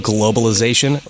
Globalization